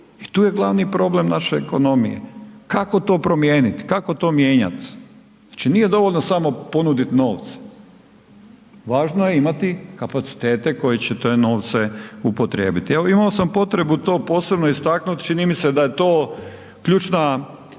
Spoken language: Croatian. i tu je glavni problem naše ekonomije, kako to promijeniti, kako to mijenjati, znači nije dovoljno samo ponudit novce, važno je imati kapacitete koji će te novce upotrijebiti. Evo imao sam potrebu to posebno istaknut, čini mi se da je to ključni